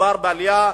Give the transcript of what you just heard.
כשמדובר בעלייה מוסרית,